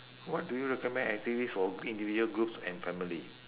what do you recommend activity for individual groups and family